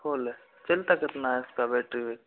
full है चलता कितना है इसका बैटरी